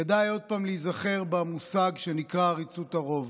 כדאי להיזכר עוד פעם במושג שנקרא עריצות הרוב.